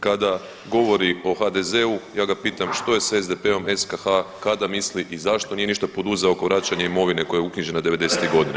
Kada govori o HDZ-u ja ga pitam što je sa SDP-om SKH, kada misli i zašto nije ništa poduzeo oko vraćanja imovine koja je uknjižena '90.-tih godina?